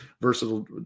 versatile